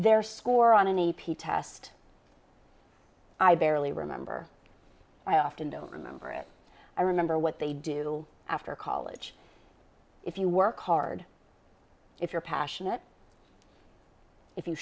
their score on an e p test i barely remember i often don't remember it i remember what they do after college if you work hard if you're passionate if you